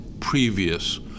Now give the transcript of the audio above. previous